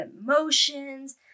emotions